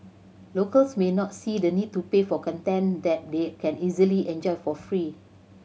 locals may not see the need to pay for content that they can easily enjoy for free